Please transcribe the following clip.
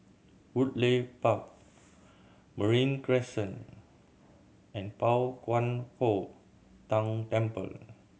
Woodleigh Park Marine Crescent and Pao Kwan Foh Tang Temple